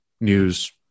news